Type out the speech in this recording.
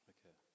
Okay